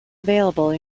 available